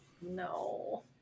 No